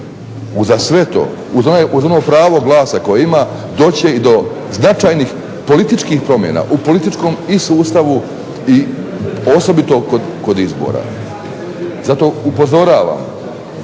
uza sve to uz ono pravo glasa koje ima doći će i do značajnih političkih promjena u političkom sustavu osobito kroz izbora. Zato upozoravam